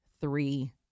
three